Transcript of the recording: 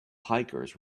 hikers